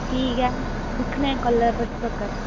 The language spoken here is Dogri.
ठीक ऐ दिक्खने आं कल्लै परसूं तक्कर